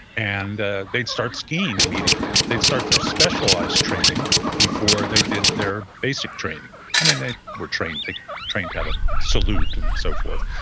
and ah they'd start skiing immediately. they'd start their specialized training before they did their basic training. they were trained like trained how to salute and so forth,